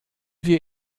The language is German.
wir